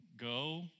Go